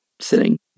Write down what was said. sitting